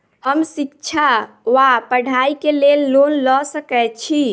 हम शिक्षा वा पढ़ाई केँ लेल लोन लऽ सकै छी?